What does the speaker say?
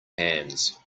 hands